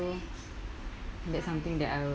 that's something that I